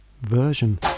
version